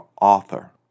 author